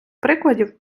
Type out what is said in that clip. прикладів